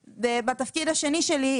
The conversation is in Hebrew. כלומר, הנופשונים היא דוגמה.